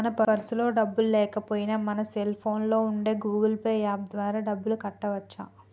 మన పర్సులో డబ్బులు లేకపోయినా మన సెల్ ఫోన్లో ఉండే గూగుల్ పే యాప్ ద్వారా డబ్బులు కట్టవచ్చు